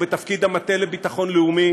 המטה לביטחון לאומי